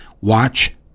watch